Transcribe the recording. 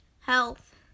health